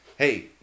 Hey